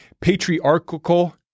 patriarchal